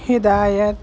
हिदायत